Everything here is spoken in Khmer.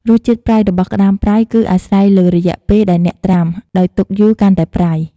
រសជាតិប្រៃរបស់ក្ដាមប្រៃ គឺអាស្រ័យលើរយៈពេលដែលអ្នកត្រាំ ដោយទុកយូរកាន់តែប្រៃ។